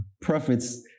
prophets